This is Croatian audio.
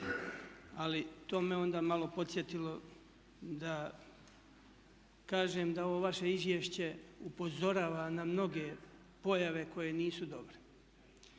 ali to me onda malo podsjetilo da kažem da ovo važe izvješće upozorava na mnoge pojave koje nisu dobre.